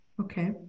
Okay